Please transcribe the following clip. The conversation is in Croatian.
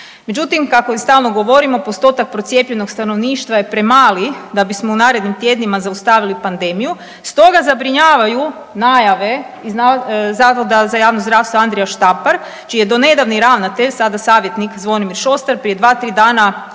međutim kako i stalno govorimo postotak procijepljenog stanovništva je premali da bismo u narednim tjednima zaustavili pandemiju. Stoga zabrinjavaju najave iz Zavoda za javno zdravstvo Andrija Štampar čiji je donedavni ravnatelj, sada savjetnik Zvonimir Šostar prije 2-3 dana